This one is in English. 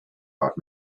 art